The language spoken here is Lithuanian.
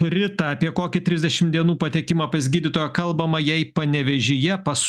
rita apie kokį trisdešim dienų patekimą pas gydytoją kalbama jei panevėžyje pas